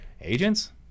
agents